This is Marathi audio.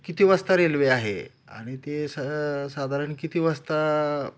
किती वाजता रेल्वे आहे आणि ते स साधारण किती वाजता